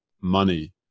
money